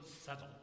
settled